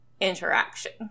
interaction